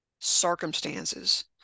circumstances